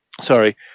Sorry